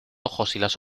ojos